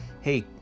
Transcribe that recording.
hey